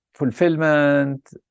Fulfillment